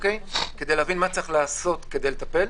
כדי להבין מה צריך לעשות כדי לטפל.